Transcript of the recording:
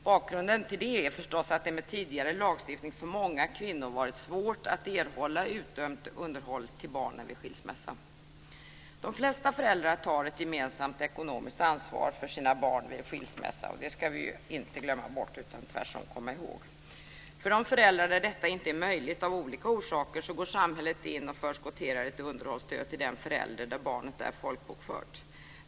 Bakgrunden är förstås att det med tidigare lagstiftning varit svårt för många kvinnor att erhålla utdömt underhåll till barnen vid skilsmässa. De flesta föräldrar tar ett gemensamt ekonomiskt ansvar för sina barn vid en skilsmässa. Det ska vi inte glömma bort, utan tvärtom komma ihåg. För de föräldrar där detta inte är möjligt av olika orsaker går samhället in och förskotterar ett underhållsstöd till den förälder där barnet är folkbokfört.